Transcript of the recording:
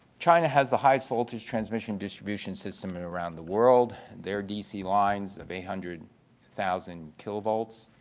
china has the highest voltage transmission distribution system around the world. their dc lines of eight hundred thousand kilovolts,